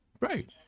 Right